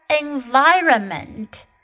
environment